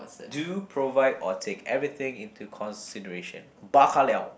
do provide or take everything into consideration bao ka liao